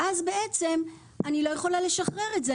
אבל אז אני לא יכולה לשחרר את זה.